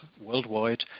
worldwide